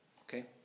Okay